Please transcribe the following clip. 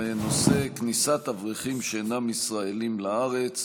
בנושא: כניסת אברכים שאינם ישראלים לארץ.